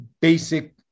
basic